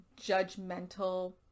judgmental